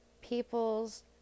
peoples